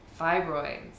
fibroids